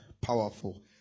powerful